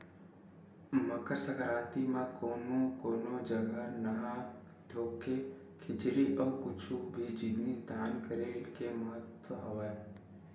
मकर संकरांति म कोनो कोनो जघा नहा धोके खिचरी अउ कुछु भी जिनिस दान करे के महत्ता हवय